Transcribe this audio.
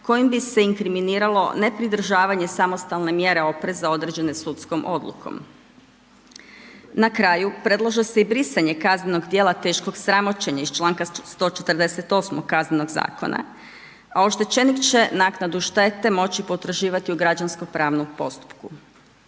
kojim bi se inkriminiralo nepridržavanje samostalne mjere opreza određene sudskom odlukom. Na kraju predlaže se i brisanje kaznenog djela teškog sramoćenja iz članka 148. Kaznenog zakona a oštećenik će naknadu štete moći potraživati u građansko pravnom postupku.